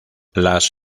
las